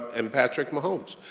and patrick mahomes.